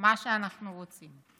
מה שאנחנו רוצים.